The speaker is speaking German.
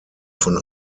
von